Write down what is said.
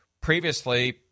previously